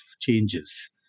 changes